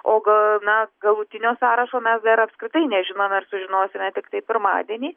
o gal na galutinio sąrašo mes dar apskritai nežinome ir sužinosime tiktai pirmadienį